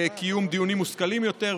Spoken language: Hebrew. לקיום דיונים מושכלים יותר.